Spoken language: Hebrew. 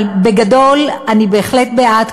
אבל בגדול, אני בהחלט בעד.